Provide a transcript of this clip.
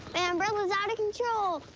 and umbrella's out of control.